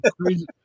crazy